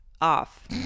off